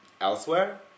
elsewhere